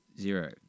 Zero